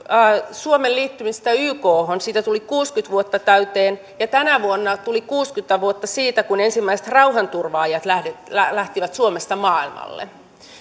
suomen liittymistä ykhon siitä tuli kuusikymmentä vuotta täyteen ja tänä vuonna tuli kuusikymmentä vuotta siitä kun ensimmäiset rauhanturvaajat lähtivät lähtivät suomesta maailmalle